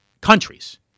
Countries